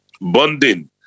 bonding